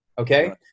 okay